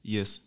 Yes